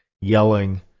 yelling